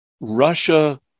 Russia